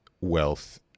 wealth